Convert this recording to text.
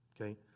okay